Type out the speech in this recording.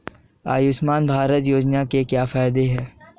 आयुष्मान भारत योजना के क्या फायदे हैं?